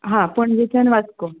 ओ पणजेच्यान वास्को